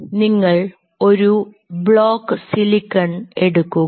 നിങ്ങൾ ഒരു block silicon എടുക്കുക